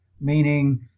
meaning